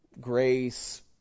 grace